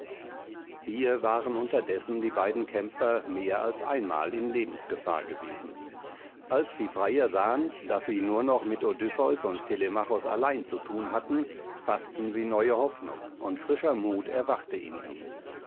hier waren unterdessen die beiden kämpfer mehr als einmal in lebensgefahr gewesen als die freier sahen daß sie nur noch mit odysseus und telemachos allein zu thun hatten faßten sie neue hoffnung und frischer mut erwachte in ihnen